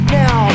now